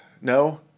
No